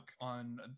on